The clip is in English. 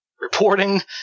reporting